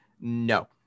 No